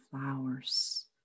flowers